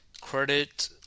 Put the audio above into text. credit